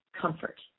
comfort